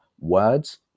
Words